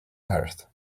earth